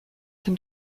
dem